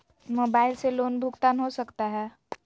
Mobile से loan भुगतान हो सकता है?